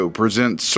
presents